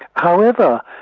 however,